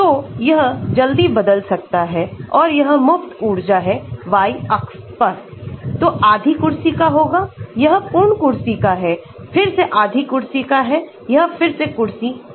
तो यह जल्दी बदल सकता है और यह मुफ्त ऊर्जा है y अक्ष परतो आधी कुर्ती का होगा यह पूर्ण कुर्सी का है फिर से आधी कुर्सी का है यह फिर से कुर्सी है